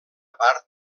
part